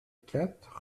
quatre